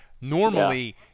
normally